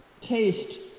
taste